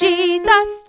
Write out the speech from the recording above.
Jesus